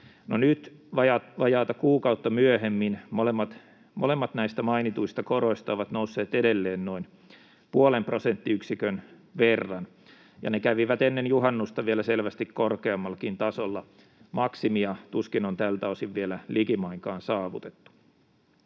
nyt vajaata kuukautta myöhemmin molemmat näistä mainituista koroista ovat nousseet edelleen noin puolen prosenttiyksikön verran, ja ne kävivät ennen juhannusta vielä selvästi korkeammallakin tasolla — maksimia tuskin on tältä osin vielä likimainkaan saavutettu.